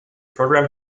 program